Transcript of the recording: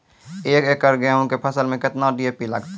एक एकरऽ गेहूँ के फसल मे केतना डी.ए.पी लगतै?